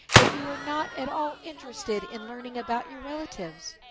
that you are not at all interested in learning about your relatives.